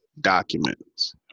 documents